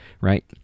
right